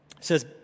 says